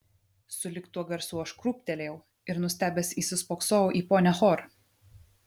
sulig tuo garsu aš krūptelėjau ir nustebęs įsispoksojau į ponią hor